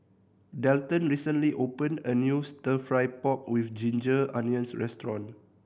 Delton recently opened a new Stir Fry pork with ginger onions restaurant